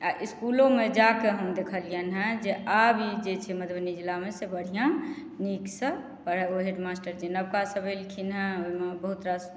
आ इसकुलमे जाकऽ हम देखलिअनि हँ जे आब ई जे छै मधुबनी जिलामे बढ़िआँ नीक से पढ़ल ओ हेड मास्टर जे नबका सभ एलखिन हँ ओहिमे बहुत रास